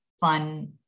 fun